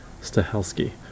Stahelski